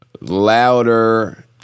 louder